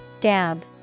Dab